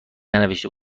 ننوشته